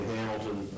Hamilton